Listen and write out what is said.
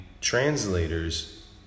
translators